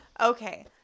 Okay